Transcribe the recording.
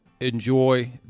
Enjoy